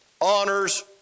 honors